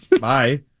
Bye